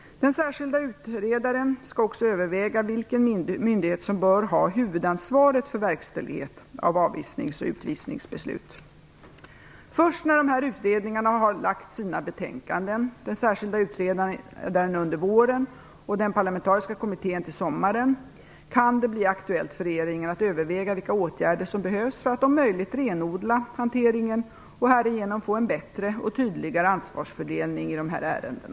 Den särskilda utredaren skall också överväga vilken myndighet som bör ha huvudansvaret för verkställighet av avvisnings och utvisningsbeslut. Först när dessa utredningar har lagt fram sina betänkanden - den särskilda utredaren under våren och den parlamentariska kommittén till sommaren - kan det bli aktuellt för regeringen att överväga vilka åtgärder som behövs för att om möjligt renodla hanteringen och härigenom få en bättre och tydligare ansvarsfördelning i dessa ärenden.